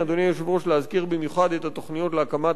להזכיר במיוחד את התוכניות להקמת האוניברסיטה